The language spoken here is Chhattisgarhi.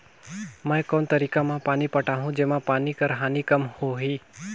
मैं कोन तरीका म पानी पटाहूं जेमा पानी कर हानि कम होही?